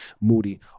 Moody